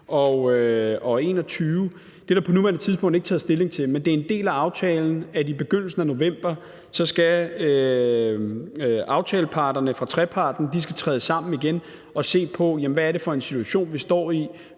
2021. Det er der på nuværende tidspunkt ikke taget stilling til, men det er en del af aftalen, at aftaleparterne fra treparten i begyndelsen af november skal træde sammen igen og se på, hvad det er for en situation, vi står i.